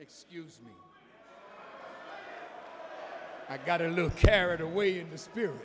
excuse me i got a little carried away in the spirit